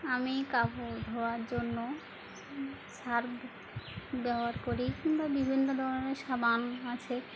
আমি কাপড় ধোয়ার জন্য সার্ফ ব্যবহার করি কিন্তু বিভিন্ন ধরনের সাবান আছে